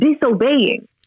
disobeying